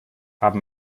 haben